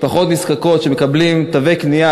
משפחות נזקקות שמקבלות תווי קנייה,